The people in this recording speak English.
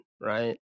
right